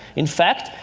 in fact,